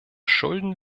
schulden